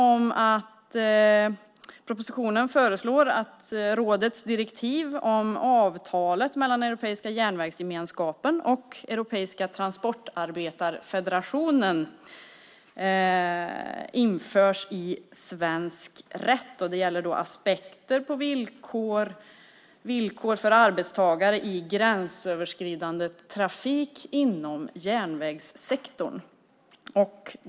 I propositionen föreslås att rådets direktiv om avtalet mellan Europeiska järnvägsgemenskapen och Europeiska transportarbetarfederationen införs i svensk rätt. Det gäller aspekter på villkor för arbetstagare i gränsöverskridande trafik inom järnvägssektorn.